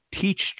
teach